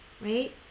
right